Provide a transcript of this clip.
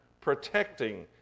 protecting